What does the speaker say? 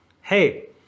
Hey